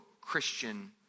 Christian